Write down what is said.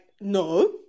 no